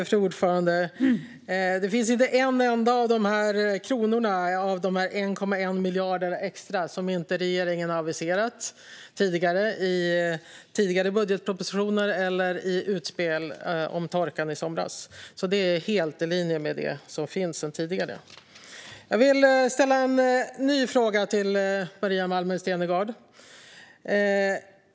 Fru talman! Det finns inte en enda krona av dessa 1,1 miljarder extra som inte regeringen har aviserat i tidigare budgetpropositioner eller i utspel om torkan i somras. Det är helt i linje med det som finns sedan tidigare. Jag vill ställa en ny fråga till Maria Malmer Stenergard.